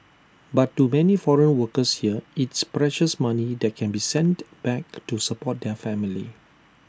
but to many foreign workers here it's precious money that can be sent back to support their family